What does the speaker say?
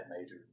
major